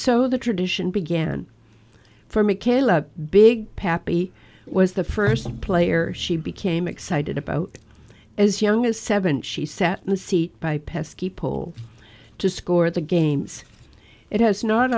so the tradition began for me kayla big pappi was the first player she became excited about as young as seven she sat in the seat by pesky pole to score the games it has not